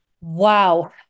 wow